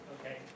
Okay